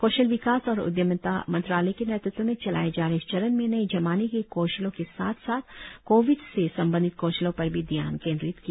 कौशल विकास और उद्यमिता मंत्रालय के नेतृत्व में चलाए जा रहे इस चरण में नए ज़माने के कौशलों के साथ साथ कोविड से संबंधित कौशलों पर भी ध्यान केंद्रित किया जाएगा